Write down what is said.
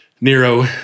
Nero